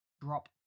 drop